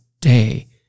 day